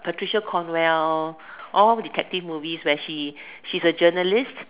Patricia-Cornwell all detective movies where she she's a journalist